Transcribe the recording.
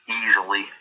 easily